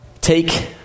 take